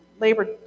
Labor